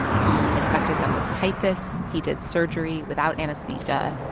he infected them with typhus. he did surgery without anesthesia.